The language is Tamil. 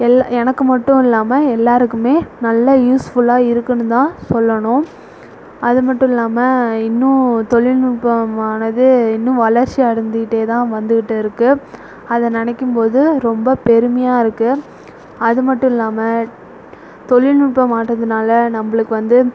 இல்லை எனக்கு மட்டும் இல்லாமல் எல்லோருக்குமே நல்லா யூஸ்ஃபுல்லாக இருக்குன்னுதான் சொல்லணும் அது மட்டும் இல்லாமல் இன்னும் தொழில்நுட்பமானது இன்னும் வளர்ச்சி அடைஞ்சிக்கிட்டே தான் வந்துகிட்டு இருக்கு அதை நினைக்கும்போது ரொம்ப பெருமையாக இருக்கு அதுமட்டும் இல்லாமல் தொழில்நுட்ப மாற்றத்தினால நம்மளுக்கு வந்து